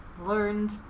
learned